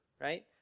right